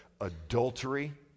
adultery